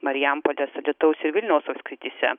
marijampolės alytaus ir vilniaus apskrityse